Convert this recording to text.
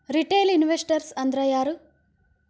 Retail investors ಅಂದ್ರಾ ಯಾರು?